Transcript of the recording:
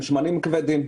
הם שמנים כבדים,